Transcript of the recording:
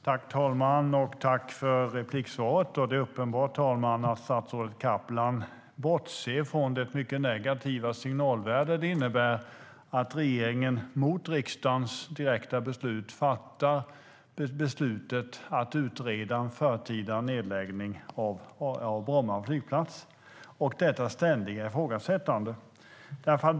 Herr talman! Tack för svaret! Det är uppenbart att statsrådet Kaplan bortser från det mycket negativa signalvärde det innebär att regeringen mot riksdagens direkta uppmaning beslutar att utreda en förtida nedläggning av Bromma flygplats och samtidigt ger uttryck för detta ständiga ifrågasättande.